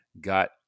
got